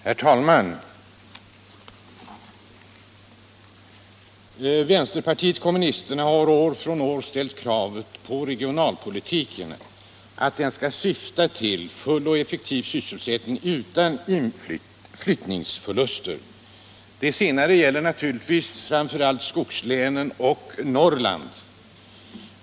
Herr talman! Vänsterpartiet kommunisterna har år efter år ställt det kravet på regionalpolitiken att den skall syfta till full och effektiv sysselsättning utan flyttningsförluster. Detta gäller naturligtvis framför allt skogslänen och Norrland.